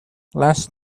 last